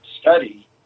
study